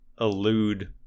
elude